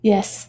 Yes